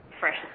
Fresh